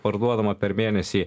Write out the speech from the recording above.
parduodama per mėnesį